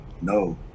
No